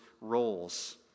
roles